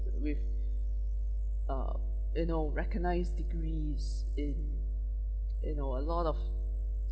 with uh you know recognized degrees in you know a lot of